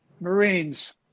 Marines